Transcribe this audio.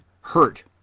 hurt